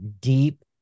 deep